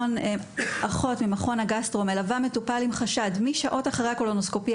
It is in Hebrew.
שאחות ממכון הגסטרו מלווה מטופל עם חשד ואחרי הקולונוסקופיה